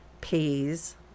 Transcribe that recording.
peas